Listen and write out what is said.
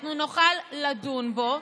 אנחנו נוכל לדון בו,